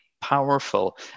powerful